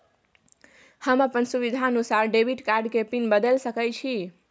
हम अपन सुविधानुसार डेबिट कार्ड के पिन बदल सके छि?